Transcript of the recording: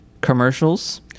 commercials